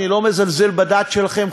אני לא מזלזל בדת שלכם,